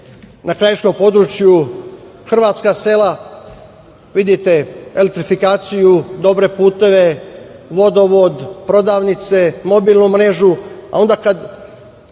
na krajiškom području, hrvatska sela, vidite elektrifikaciju, dobre puteve, vodovod, prodavnice, mobilnu mrežu, a onda kada